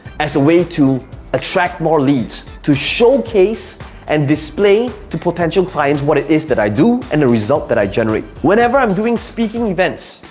as a way to attract more leads, to showcase and display to potential clients what it is that i do and the result that i generate. whenever i'm doing speaking events,